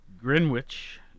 Greenwich